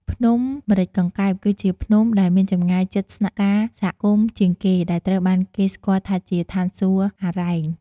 ភ្នំម្រេចកង្កែប គឺជាភ្នំដែលមានចម្ងាយជិតស្នាក់ការសហគមន៍ជាងគេ ដែលត្រូវបានគេស្គាល់ថាជា ឋានសួគ៌អារ៉ែង។